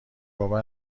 بابا